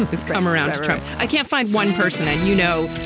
he's come around to trump. i can't find one person. and, you know,